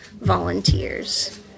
volunteers